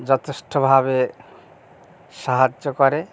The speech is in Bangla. যথেষ্টভাবে সাহায্য করে